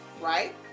right